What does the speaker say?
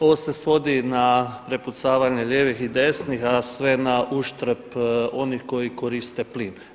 Ovo se svodi na prepucavanje lijevih i desnih, a sve na uštrb onih koji koriste plin.